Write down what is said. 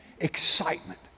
excitement